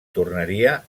tornaria